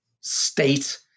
state